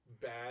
bad